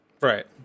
Right